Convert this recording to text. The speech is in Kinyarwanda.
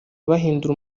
bahindura